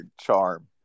charm